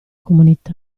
comunità